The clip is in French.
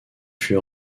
fut